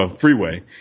freeway